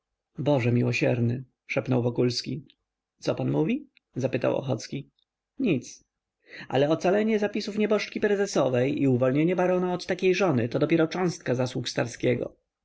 boże miłosierny szepnął wokulski co pan mówi zapytał ochocki nic ale ocalenie zapisów nieboszczki prezesowej i uwolnienie barona od takiej żony to dopiero cząstka zasług